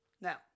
now